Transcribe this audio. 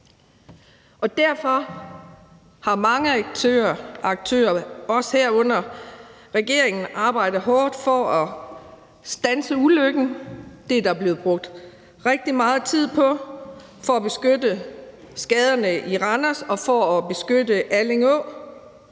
og derfor har mange aktører, herunder også regeringen, arbejdet hårdt for at standse ulykken – det er der blevet brugt rigtig meget tid på – og på at begrænse skaderne og for at beskytte Alling